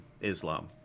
Islam